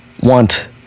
want